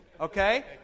Okay